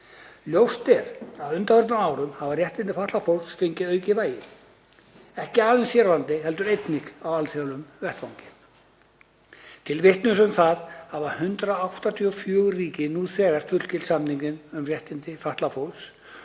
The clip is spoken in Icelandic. Ljóst er að á undanförnum árum hafa réttindi fatlaðs fólks fengið aukið vægi, ekki aðeins hér á landi heldur einnig á alþjóðlegum vettvangi. Til vitnis um það hafa 184 ríki nú þegar fullgilt samninginn um réttindi fatlaðs